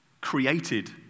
created